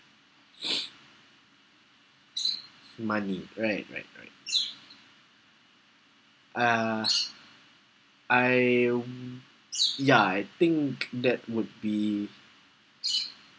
money right right right uh I ya I think that would be